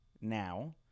now